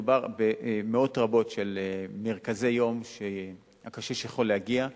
מדובר במאות רבות של מרכזי-יום שהקשיש יכול להגיע אליהם.